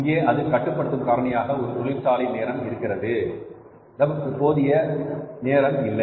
இங்கே அது கட்டுப்படுத்தும் காரணியாக ஒரு தொழிற்சாலை நேரம் இருக்கிறது நமக்கு போதிய நேரம் இல்லை